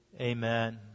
Amen